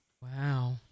Wow